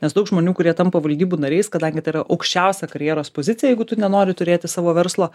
nes daug žmonių kurie tampa valdybų nariais kadangi tai yra aukščiausia karjeros pozicija jeigu tu nenori turėti savo verslo